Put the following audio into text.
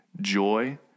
joy